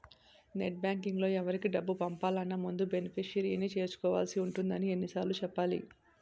net బాంకింగ్లో ఎవరికి డబ్బులు పంపాలన్నా ముందు బెనిఫిషరీని చేర్చుకోవాల్సి ఉంటుందని ఎన్ని సార్లు చెప్పాలి